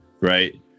right